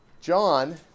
John